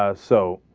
ah so